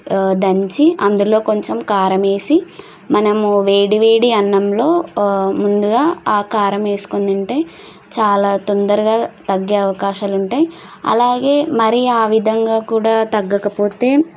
దంచి అందులో కొంచెం కారం వేసి మనము వేడివేడి అన్నంలో ముందుగా ఆ కారం వేసుకొని తింటే చాలా తొందరగా తగ్గే అవకాశాలు ఉంటాయి అలాగే మరి ఆ విధంగా కూడా తగ్గకపోతే